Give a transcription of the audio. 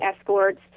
escorts